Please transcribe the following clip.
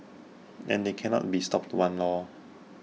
and they cannot be stopped one lor